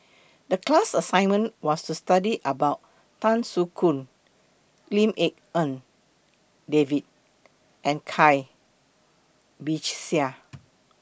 The class assignment was to study about Tan Soo Khoon Lim Tik En David and Cai Bixia